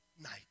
night